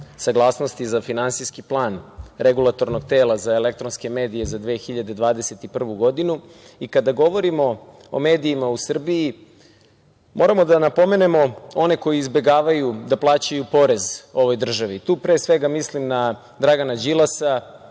saglasnosti za Finansijski plan Regulatornog tela za elektronske medije za 2021. godinu. Kada govorimo o medijima u Srbiji, moramo da napomenemo one koji izbegavaju da plaćaju porez državi. Tu, pre svega, mislim na Dragana Đilas,